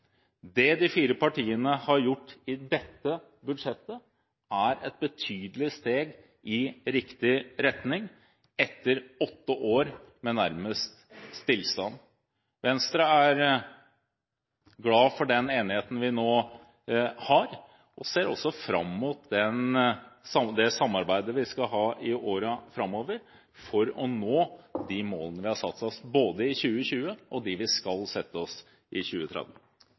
Det de fire partiene har gjort i dette budsjettet, er et betydelig steg i riktig retning etter åtte år med nærmest stillstand. Venstre er glad for den enigheten vi nå har, og ser også fram mot det samarbeidet vi skal ha i årene framover for å nå de målene vi har satt oss, både i 2020 og de vi skal sette oss i 2030.